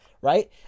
Right